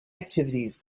activities